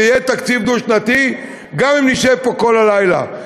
זה יהיה תקציב דו-שנתי גם אם נשב פה כל הלילה,